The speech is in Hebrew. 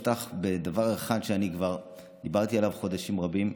אפתח בדבר אחד שכבר דיברתי עליו חודשים רבים: